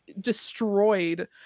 destroyed